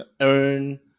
earn